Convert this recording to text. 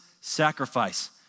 sacrifice